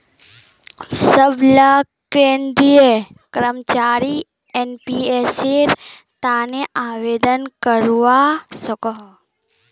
सबला केंद्रीय कर्मचारी एनपीएसेर तने आवेदन करवा सकोह